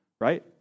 right